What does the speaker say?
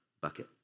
bucket